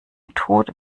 tode